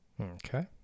Okay